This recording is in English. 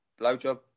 blowjob